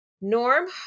Norm